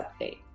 update